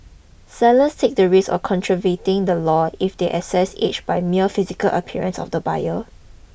sellers take the risk of contravening the law if they assess age by mere physical appearance of the buyer